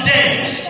Days